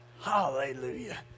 Hallelujah